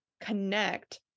connect